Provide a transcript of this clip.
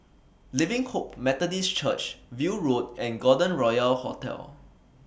Living Hope Methodist Church View Road and Golden Royal Hotel